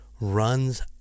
runs